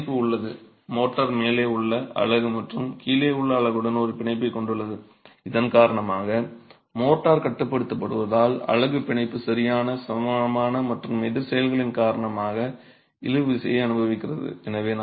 இப்போது பிணைப்பு உள்ளது மோர்டார் மேலே உள்ள அலகு மற்றும் கீழே உள்ள அலகுடன் ஒரு பிணைப்பைக் கொண்டுள்ளது இதன் காரணமாக மோர்டார் கட்டுப்படுத்தப்படுவதால் அலகு பிணைப்பு சரியான சமமான மற்றும் எதிர் செயல்களின் காரணமாக இழுவிசையை அனுபவிக்கிறது